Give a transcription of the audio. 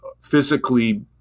physically